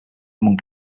among